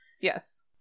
Yes